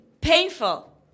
painful